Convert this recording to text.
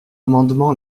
amendement